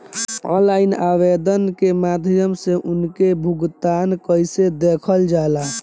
Online आवेदन के माध्यम से उनके भुगतान कैसे देखल जाला?